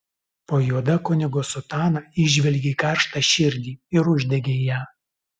po juoda kunigo sutana įžvelgei karštą širdį ir uždegei ją